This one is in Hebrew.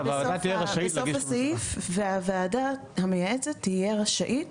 בסוף הסעיף: והוועדה המייעצת תהיה רשאית